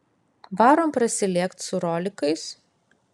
varom prasilėkt su rolikais